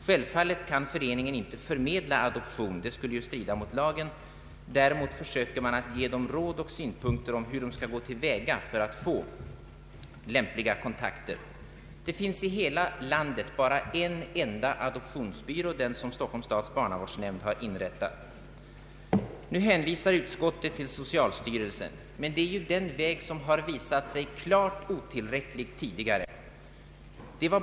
Självfallet kan föreningen inte förmedla adoption — det skulle strida mot lagen —, däremot försöker man ge råd och synpunkter på hur man skall gå till väga för att få lämpliga kontakter i adoptionsärenden. Det finns i hela landet bara en enda adoptionsbyrå, den som Stockholms stads barnavårdsnämnd har inrättat. Det är otillräckligt. Nu hänvisar utskottet till socialstyrelsen. Men det är den väg som har visat sig klart otillräcklig tidigare.